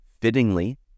fittingly